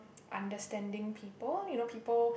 understanding people you know people